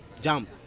Jump